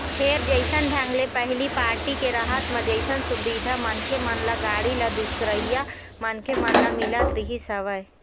फेर जइसन ढंग ले पहिली पारटी के रहत म जइसन सुबिधा मनखे मन ल, गाड़ी ल, दूसरइया मनखे मन ल मिलत रिहिस हवय